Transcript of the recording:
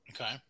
Okay